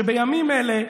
שבימים אלה,